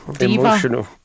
emotional